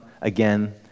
again